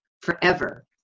forever